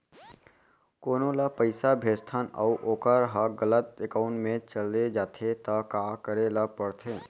कोनो ला पइसा भेजथन अऊ वोकर ह गलत एकाउंट में चले जथे त का करे ला पड़थे?